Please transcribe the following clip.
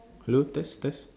hello test test